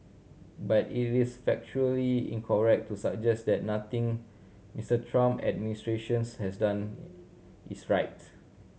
but it is factually incorrect to suggest that nothing Mister Trump's administration has done is right